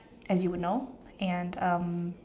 as you would know and um